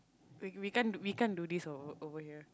we we can't we can't do this over over here